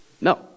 no